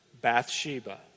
Bathsheba